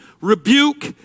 rebuke